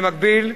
במקביל,